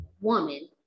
woman